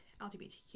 lgbtq